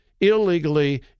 illegally